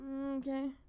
Okay